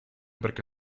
perché